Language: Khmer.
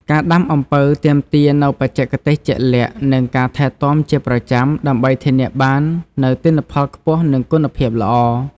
ការដាំអំពៅទាមទារនូវបច្ចេកទេសជាក់លាក់ និងការថែទាំជាប្រចាំ ដើម្បីធានាបាននូវទិន្នផលខ្ពស់ និងគុណភាពល្អ។